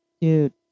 dude